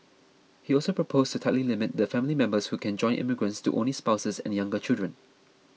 he also proposed to tightly limit the family members who can join immigrants to only spouses and younger children